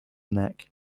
neck